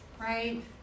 Right